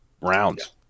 rounds